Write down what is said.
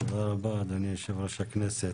תודה רבה, אדוני יושב-ראש הכנסת.